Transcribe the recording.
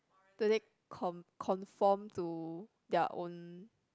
do they con conform to their own